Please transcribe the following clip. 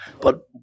But-